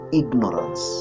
ignorance